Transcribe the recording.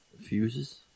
fuses